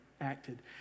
acted